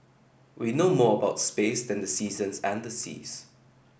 we know more about space than the seasons and the seas